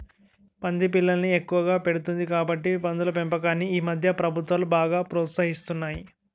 పంది పిల్లల్ని ఎక్కువగా పెడుతుంది కాబట్టి పందుల పెంపకాన్ని ఈమధ్య ప్రభుత్వాలు బాగా ప్రోత్సహిస్తున్నాయి